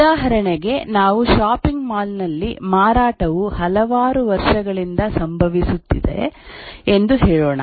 ಉದಾಹರಣೆಗೆ ನಾವು shopping mall ನಲ್ಲಿ ಮಾರಾಟವು ಹಲವಾರು ವರ್ಷಗಳಿಂದ ಸಂಭವಿಸುತ್ತಿದೆ ಎಂದು ಹೇಳೋಣ